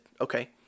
okay